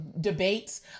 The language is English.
debates